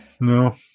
No